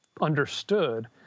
understood